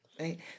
Right